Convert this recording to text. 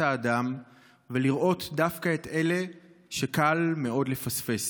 האדם ולראות דווקא את אלה שקל מאוד לפספס.